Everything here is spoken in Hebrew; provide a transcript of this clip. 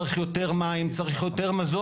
צריך יותר מים ומזון,